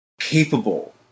capable